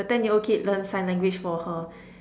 the ten year old kid learn sign language for her